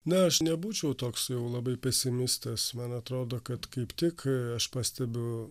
na aš nebūčiau toks jau labai pesimistas man atrodo kad kaip tik aš pastebiu